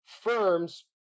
firms